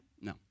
No